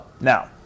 Now